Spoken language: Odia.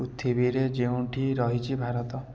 ପୃଥିବୀରେ ଯେଉଁଠି ରହିଛି ଭାରତ